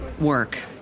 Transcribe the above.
work